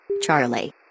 charlie